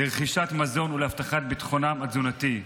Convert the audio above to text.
לרכישת מזון ולהבטחת ביטחונם התזונתי.